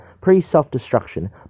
pre-self-destruction